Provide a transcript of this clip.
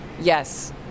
Yes